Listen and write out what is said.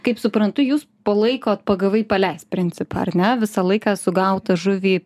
kaip suprantu jūs palaikot pagavai paleisk principą ar ne visą laiką sugautą žuvį